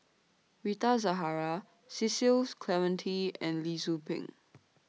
Rita Zahara Cecil Clementi and Lee Tzu Pheng